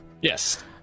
Yes